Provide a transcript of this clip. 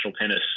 tennis